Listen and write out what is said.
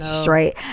straight